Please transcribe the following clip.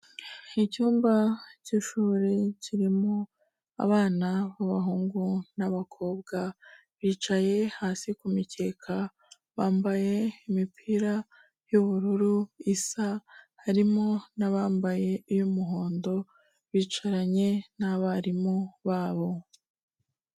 Icyumba cy'ishuri kirimo abana b'abahungu n'abakobwa bicaye hasi ku mikeka, bambaye imipira y'ubururu isa, harimo n'abambaye iy'umuhondo bicaranye n'abarimu babo.